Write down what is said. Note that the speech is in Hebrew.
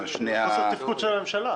זה חוסר תפקוד של הממשלה.